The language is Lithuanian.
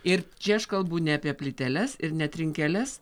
ir čia aš kalbu ne apie plyteles ir ne trinkeles